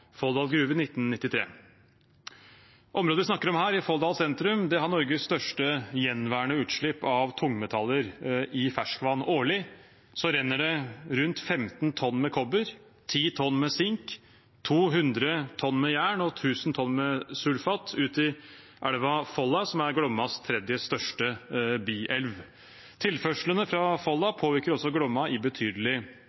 Gruver i 1993. Området vi snakker om her, i Folldal sentrum, har Norges største gjenværende utslipp av tungmetaller i ferskvann. Årlig renner det rundt 15 tonn med kobber, 10 tonn med sink, 200 tonn med jern og 1 000 tonn med sulfat ut i elva Folla, som er Glommas tredje største bielv. Tilførslene fra Folla